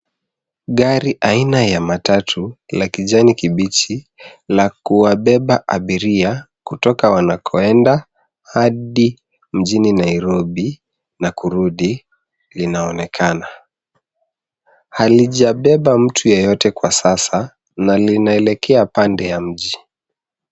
Gari aina ya matatu la kijani kibichi, la kuwabeba abiria kutoka wanakoenda hadi mjini Nairobi na kurudi linaonekana. Halijabeba mtu yeyote kwa sasa na linaelekea pande ya mji.